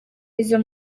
izo